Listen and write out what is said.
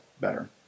better